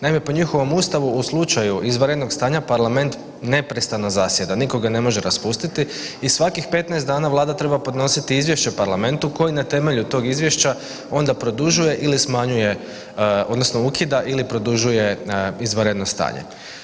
Naime, po njihovom Ustavu, u slučaju izvanrednog stanja, parlament neprestano zasjeda, nitko ga ne može raspustiti i svakih 15 dana vlada treba podnositi izvješće parlamentu koji na temelju tog izvješća onda produžuje ili smanjuje, odnosno ukida ili produžuje izvanredno stanje.